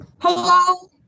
Hello